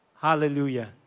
Hallelujah